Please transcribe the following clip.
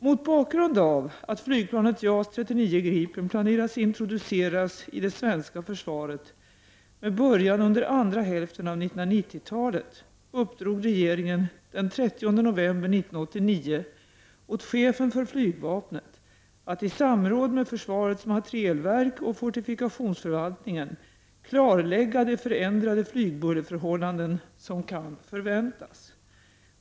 Mot bakgrund av att flygplanet JAS 39 Gripen planeras introduceras i det svenska försvaret, med början under andra hälften av 1990-talet, uppdrog regeringen den 30 november år 1989 åt chefen för flygvapnet att i samråd med försvarets materielverk och fortifikationsförvaltningen klarlägga de förändrade flygbullerförhållanden som kan förväntas.